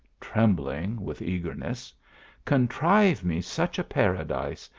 trembling with eagerness contrive me such a paradise,